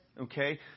okay